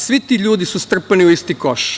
Svi ti ljudi su strpani u isti koš.